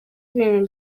ibintu